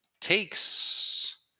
takes